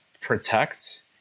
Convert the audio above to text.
protect